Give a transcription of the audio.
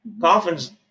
Coffin's